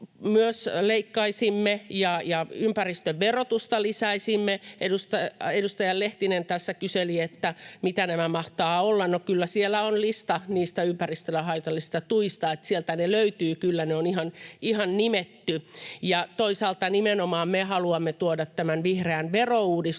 myös leikkaisimme ja ympäristöverotusta lisäisimme. Edustaja Lehtinen tässä kyseli, mitä nämä mahtavat olla. No, kyllä siellä on lista niistä ympäristölle haitallisista tuista, sieltä ne löytyvät kyllä. Ne on ihan nimetty. Ja toisaalta nimenomaan me haluamme tuoda tämän vihreän verouudistuksen,